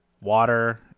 water